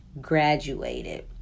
graduated